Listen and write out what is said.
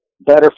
better